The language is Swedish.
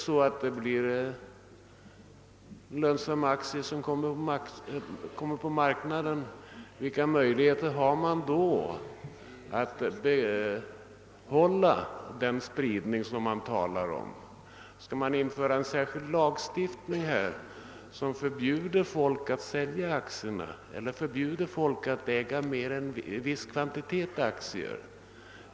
Men om aktierna kommer ut på marknaden, vilka möjligheter har man då att behålla den spridning som det talas om? Skall vi införa en särskild lagstiftning, som förbjuder folk att sälja aktierna eller förbjuder dem att äga mer än en viss kvantitet?